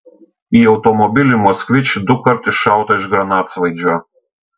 į automobilį moskvič dukart iššauta iš granatsvaidžio